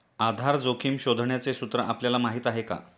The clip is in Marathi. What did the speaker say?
आधार जोखिम शोधण्याचे सूत्र आपल्याला माहीत आहे का?